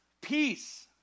peace